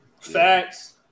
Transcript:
Facts